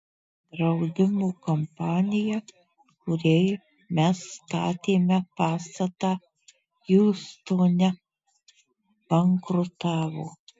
draudimo kompanija kuriai mes statėme pastatą hjustone bankrutavo